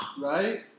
right